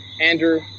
Andrew